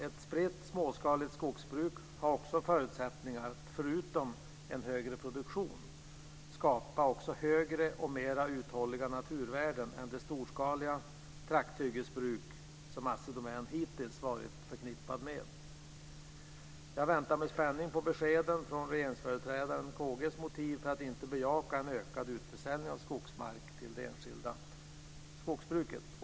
Ett spritt, småskaligt skogsbruk har förutsättningar att, förutom en högre produktion, också skapa högre och mer uthålliga naturvärden än det storskaliga trakthyggesbruk som Assi Domän hittills förknippats med. Jag väntar med spänning på beskeden om regeringsföreträdaren K G:s motiv för att inte bejaka en ökad utförsäljning av skogsmark till det enskilda skogsbruket.